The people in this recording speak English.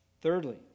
Thirdly